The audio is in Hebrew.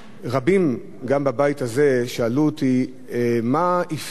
רבים, גם בבית הזה, שאלו אותי מה אפיין